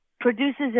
produces